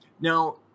Now